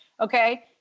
okay